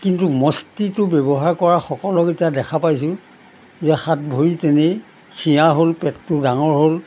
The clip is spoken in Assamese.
কিন্তু মস্তিটো ব্যৱহাৰ কৰা সকলক এতিয়া দেখা পাইছোঁ যে হাত ভৰি তেনেই চিঞা হ'ল পেটটো ডাঙৰ হ'ল